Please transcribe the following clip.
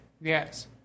Yes